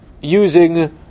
using